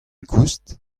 koust